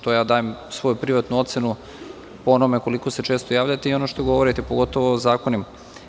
To je moja privatna ocena po onome koliko se često javljate i ono o čemu govorite, pogotovo o zakonima.